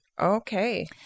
Okay